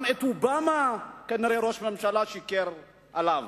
גם אובמה, כנראה ראש הממשלה שיקר לו,